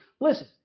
Listen